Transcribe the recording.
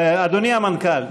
אדוני המנכ"ל,